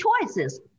choices